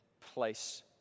place